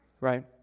Right